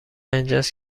اینجاست